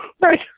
Right